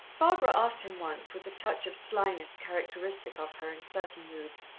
barbara asked him once, with the touch of slyness characteristic of her in certain moods,